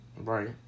right